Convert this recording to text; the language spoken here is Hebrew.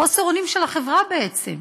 זה חוסר אונים של החברה בעצם,